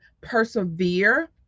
persevere